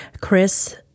Chris